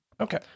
Okay